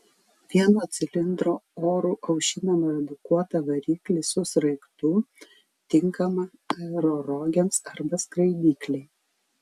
vieno cilindro oru aušinamą redukuotą variklį su sraigtu tinkamą aerorogėms arba skraidyklei